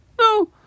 No